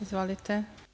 Izvolite.